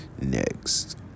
next